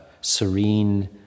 serene